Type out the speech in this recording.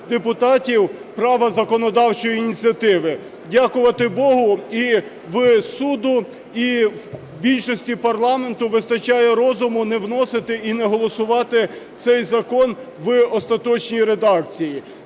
депутатів права законодавчої ініціативи. Дякувати Богу, і в суду, і в більшості парламенту вистачає розуму не вносити і не голосувати цей закон в остаточній редакції.